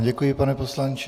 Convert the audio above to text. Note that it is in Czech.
Děkuji vám, pane poslanče.